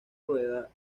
rueda